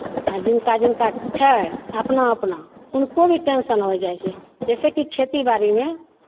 आ जिनका जिनका छै अपना अपना हुनको भी टेंशन होय जाइ छै जैसेकि खेतीबाड़ीमे